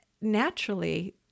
naturally